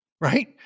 Right